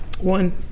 One